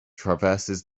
traverses